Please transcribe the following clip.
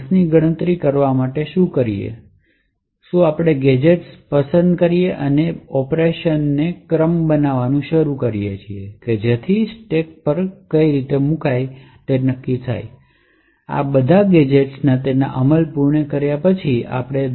ની ગણતરી કરવા માટે શું કરીએ છીએ શું આપણે ગેજેટ્સ પસંદ કરીએ છીએ અને operationsપરેશંસનો ક્રમ બનાવવાનું શરૂ કરીએ છીએ જે તેણે સ્ટેક પર મૂક્યું છે કે આ બધા ગેજેટ્સ તેની અમલ પૂર્ણ કર્યા પછી અમે 10